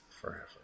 forever